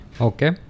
Okay